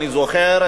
אני זוכר,